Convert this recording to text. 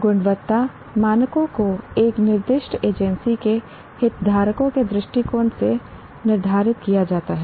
गुणवत्ता मानकों को एक निर्दिष्ट एजेंसी के हितधारकों के दृष्टिकोण से निर्धारित किया जाता है